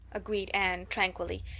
agreed anne tranquilly.